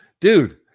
Dude